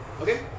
Okay